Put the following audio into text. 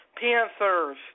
Panthers